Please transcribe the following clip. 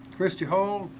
christie hall,